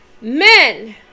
men